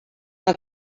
una